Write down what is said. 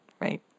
right